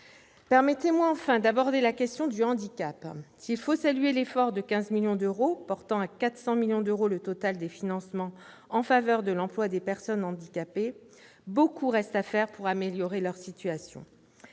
permettez-moi d'aborder la question du handicap. S'il faut saluer l'effort de 15 millions d'euros portant à 400 millions d'euros au total les financements en faveur de l'emploi des personnes handicapées, beaucoup reste à faire pour améliorer leur situation.